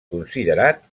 considerat